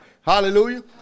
Hallelujah